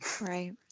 Right